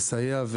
לסייע,